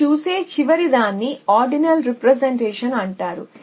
మీరు చూసే చివరిదాన్ని ఆర్డినల్ రీ ప్రెజెంటేషన్ అంటారు